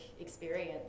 experience